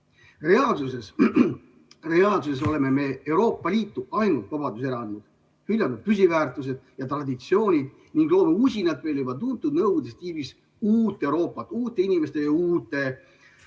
Reaalsuses oleme me Euroopa Liitu ainult vabadusi ära andnud, hüljanud püsiväärtused ja traditsioonid ning loonud usinalt meile juba tuntud nõukogude stiilis uut Euroopat uute inimeste ja uute